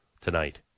Tonight